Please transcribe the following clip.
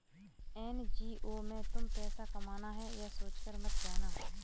NGO में तुम पैसा कमाना है, ये सोचकर मत जाना